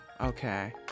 okay